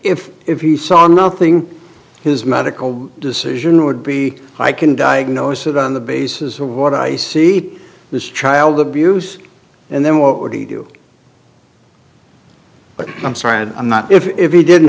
if if you saw nothing his medical decision would be i can diagnose it on the basis of what i see this child abuse and then what would he do but i'm sorry i'm not if he didn't